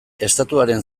estatuaren